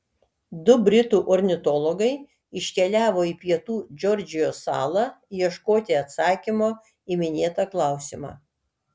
du britų ornitologai iškeliavo į pietų džordžijos salą ieškoti atsakymo į minėtą klausimą